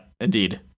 indeed